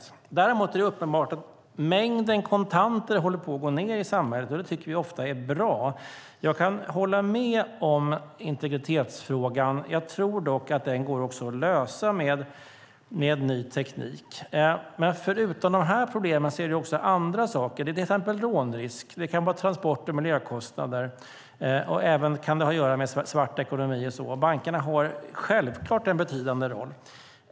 Däremot är det uppenbart att mängden kontanter håller på att gå ned i samhället, och det tycker vi ofta är bra. Jag kan hålla med om det viktiga i integritetsfrågan. Jag tror att de problemen går att lösa med ny teknik. Förutom dessa är det dock andra saker, till exempel rånrisk, transport och miljökostnader liksom sådant som har att göra med svart ekonomi. Bankerna har självklart en betydande roll.